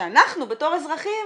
שאנחנו בתור אזרחים